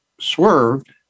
swerved